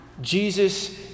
Jesus